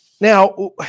Now